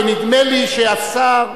ונדמה לי שהשר,